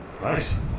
Nice